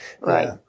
Right